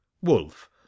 wolf